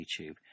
YouTube